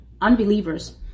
unbelievers